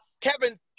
Kevin